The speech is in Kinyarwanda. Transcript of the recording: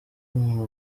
umuntu